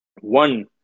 one